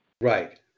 Right